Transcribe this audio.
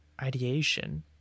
ideation